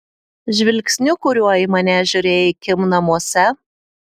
žvilgsniu kuriuo į mane žiūrėjai kim namuose